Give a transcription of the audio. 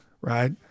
Right